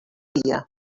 dia